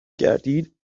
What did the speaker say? گردید